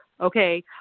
okay